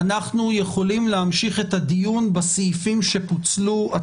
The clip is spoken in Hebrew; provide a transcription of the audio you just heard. אנחנו יכולים להמשיך את הדיון בסעיפים שפוצלו.